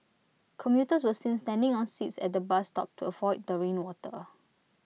commuters were seen standing on seats at the bus stop to avoid the rain water